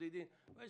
הוא